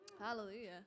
Hallelujah